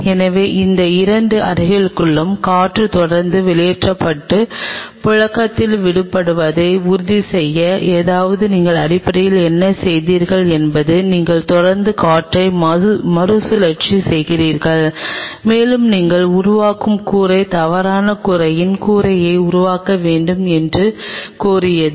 எனவே இந்த இரண்டு அறைகளுக்குள்ளும் காற்று தொடர்ந்து வெளியேற்றப்பட்டு புழக்கத்தில் விடப்படுவதை உறுதி செய்ய அதாவது நீங்கள் அடிப்படையில் என்ன செய்கிறீர்கள் என்பது நீங்கள் தொடர்ந்து காற்றை மறுசுழற்சி செய்கிறீர்கள் மேலும் நீங்கள் உருவாக்கும் கூரை தவறான கூரையின் கூரையை உருவாக்க வேண்டும் என்று கோரியது